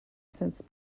since